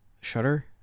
Shutter